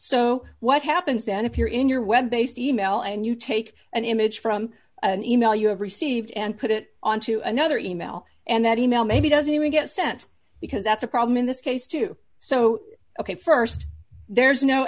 so what happens then if you're in your web based email and you take an image from an e mail you have received and put it onto another e mail and that e mail maybe doesn't even get sent because that's a problem in this case too so ok st there's no